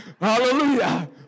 Hallelujah